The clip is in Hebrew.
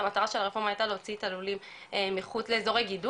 והמטרה של הרפורמה היתה להוציא את הלולים לחוות גידול.